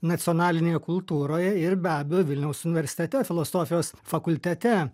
nacionalinėje kultūroje ir be abejo vilniaus universitete filosofijos fakultete